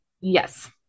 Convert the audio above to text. Yes